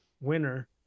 winner